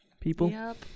people